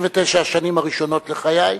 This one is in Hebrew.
במשך 69 השנים הראשונות לחיי,